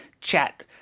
chat